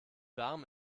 warm